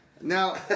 Now